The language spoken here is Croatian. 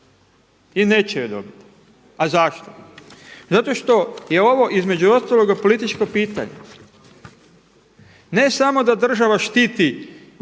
i neće je dobiti. A zašto? Zato što je ovo između ostaloga političko pitanje. Ne samo da država štiti poslodavce